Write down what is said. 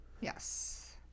Yes